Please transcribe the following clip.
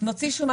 מוציא צו.